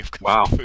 Wow